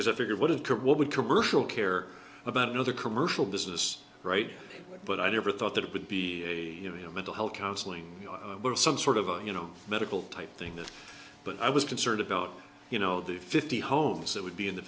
because i figured what it could would commercial care about another commercial business right but i never thought that it would be a mental health counseling or some sort of a you know medical type thing that but i was concerned about you know the fifty homes that would be in the